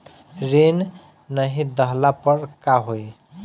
ऋण नही दहला पर का होइ?